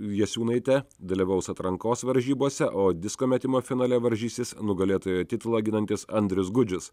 jasiūnaitė dalyvaus atrankos varžybose o disko metimo finale varžysis nugalėtojo titulą ginantis andrius gudžius